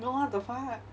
no what the fuck